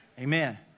Amen